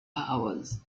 ours